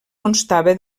constava